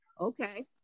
Okay